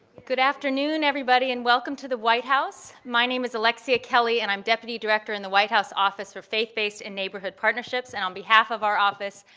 good afternoon, everybody, and welcome to the white house. my name is alexia kelley and i'm deputy director in the white house office for faith-based and neighborhood partnerships. and on behalf of our office,